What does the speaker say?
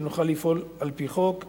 שנוכל לפעול על-פי חוק נגדם.